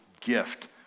gift